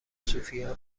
سوفیا